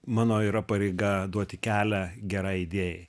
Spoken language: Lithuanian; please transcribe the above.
mano yra pareiga duoti kelią gerai idėjai